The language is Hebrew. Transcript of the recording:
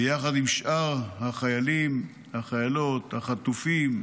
ביחד עם שאר החיילים והחיילות, החטופים,